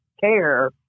care